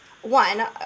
one